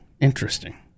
Interesting